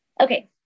Okay